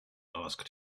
asked